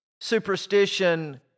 Superstition